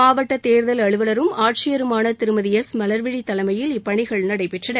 மாவட்ட தேர்தல் அலுவலரும் ஆட்சியருமான திருமதி எஸ் மலர்விழி தலைமையில் இப்பணிகள் நடைபெற்றன